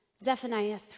Zephaniah